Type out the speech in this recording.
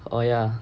oh ya